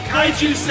Kaiju